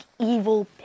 evil